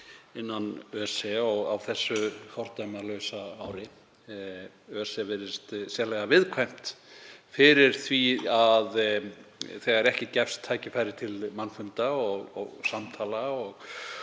innan ÖSE á þessu fordæmalausa ári. ÖSE virðist sérlega viðkvæmt fyrir því þegar ekki gefst tækifæri til mannfunda og samtala og